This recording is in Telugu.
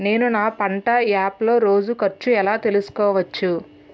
నేను నా పంట యాప్ లో రోజు ఖర్చు ఎలా తెల్సుకోవచ్చు?